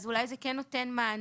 אז אולי זה כן נותן מענה,